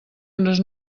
unes